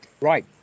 Right